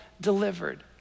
delivered